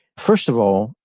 first of all,